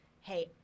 hey